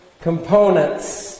components